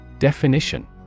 Definition